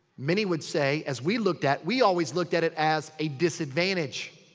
many would say. as we looked at. we always looked at it as a disadvantage.